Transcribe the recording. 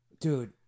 Dude